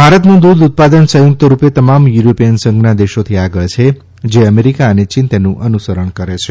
ભારતનું દૂધ ઉત્પાદન સંયુક્ત રૂપે તમામ યુરોપિય સંઘના દેશોથી આગળ છે જે અમેરિકા અને ચીન તેનું અનુસરણ કરે છે